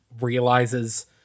realizes